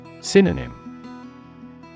Synonym